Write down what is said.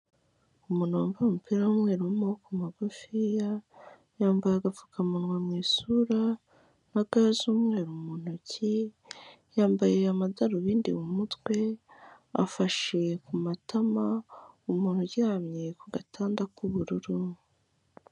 Umuntu wambaye umupira w'umweru w'amaboko magufiya, yambaye agapfukamunwa mu isura na ga z'umweru mu ntoki, yambaye amadarubindi mu mutwe, afashe ku matama umuntu uryamye ku gatanda k'ubururu.